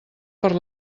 per